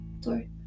Sorry